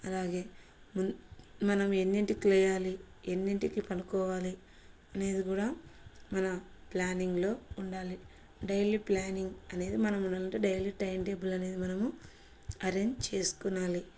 అలాగే మున్ మనం ఎన్నింటికి లేవాలి ఎన్నింటికి పడుకోవాలి అనేది కూడా మన ప్లానింగ్లో ఉండాలి డైలీ ప్లానింగ్ అనేది మనం ఉండాలంటే డైలీ టైంటేబుల్ అనేది మనము అరేంజ్ చేసుకోవాలి